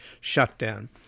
Shutdown